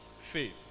faith